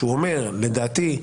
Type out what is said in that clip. כשהוא אומר: לדעתי,